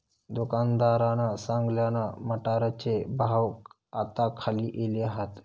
दुकानदारान सांगल्यान, मटारचे भाव आता खाली इले हात